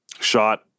shot